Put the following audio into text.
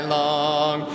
long